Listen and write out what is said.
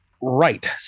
Right